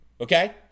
Okay